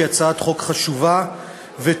היא הצעת חוק חשובה וטובה,